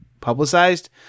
publicized